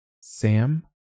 Sam